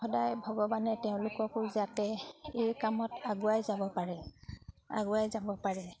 সদায় ভগৱানে তেওঁলোককো যাতে এই কামত আগুৱাই যাব পাৰে আগুৱাই যাব পাৰে